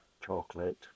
chocolate